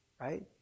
right